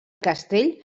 castell